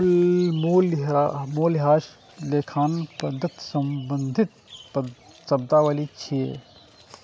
मूल्यह्रास लेखांकन पद्धति सं संबंधित शब्दावली छियै